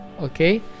Okay